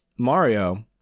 Mario